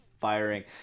firing